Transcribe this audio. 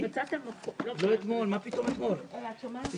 אציין את שמם במליאה ואודה להם על ההצבעה.